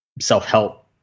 self-help